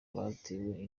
batewe